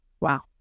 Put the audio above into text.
wow